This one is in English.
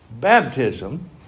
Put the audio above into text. Baptism